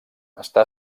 està